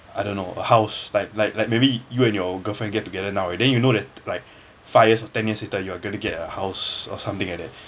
I don't know a house like like like maybe you and your girlfriend get together now and then you know that like five years or ten years later you are going to get a house or something like that